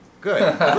Good